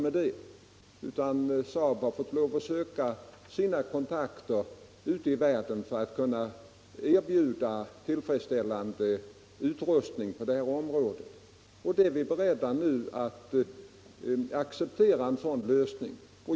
Saab har fått söka kontakter ute i världen för att kunna erbjuda tillfredsställande utrustning på detta område. En sådan lösning är vi beredda att acceptera.